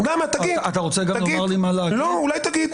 למה, תגיד.